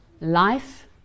life